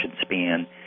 span